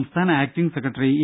സംസ്ഥാന acting secretary A